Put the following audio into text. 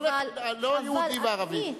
לא יהודי וערבי,